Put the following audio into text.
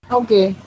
okay